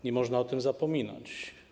Nie można o tym zapominać.